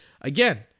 again